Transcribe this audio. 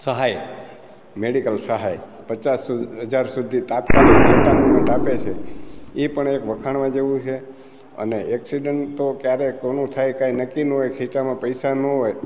સહાય મેડિકલ સહાય પચાસ હજાર સુધી તાત્કાલિક એટ અ મુમેન્ટ આપે છે એ પણ એક વખાણવા જેવું છે અને એકસીડન્ટ તો ક્યારે કોનું થાય કંઈ નક્કી ન હોય ખીચામાં પૈસા ન હોય